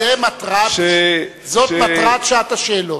זו מטרת שעת השאלות.